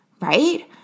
right